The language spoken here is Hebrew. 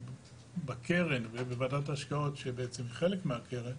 בקרן ובוועדת ההשקעות שהיא בעצם חלק מהקרן,